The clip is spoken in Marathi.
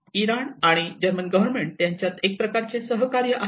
इराण आणि जर्मन गव्हर्न्मेंट यांच्यात एक प्रकारचे सहकार्य आहे